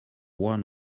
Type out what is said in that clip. one